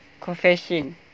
confession